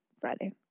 Friday